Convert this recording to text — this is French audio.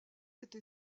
été